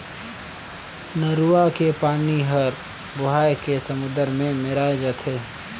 नरूवा के पानी हर बोहाए के समुन्दर मे मेराय जाथे